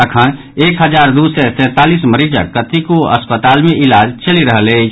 अखन एक हजार दू सय सैंतालीस मरीजक कतेको अस्पताल मे इलाज चलि रहल अछि